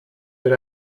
that